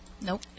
Nope